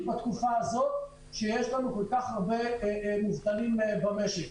בתקופה הזאת שיש לנו כל-כך הרבה מובטלים במשק.